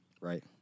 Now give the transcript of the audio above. Right